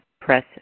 press